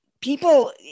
people